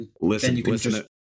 Listen